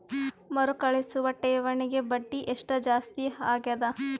ಮರುಕಳಿಸುವ ಠೇವಣಿಗೆ ಬಡ್ಡಿ ಎಷ್ಟ ಜಾಸ್ತಿ ಆಗೆದ?